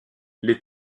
les